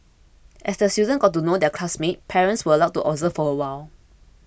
as the students got to know their classmates parents were allowed to observe for a while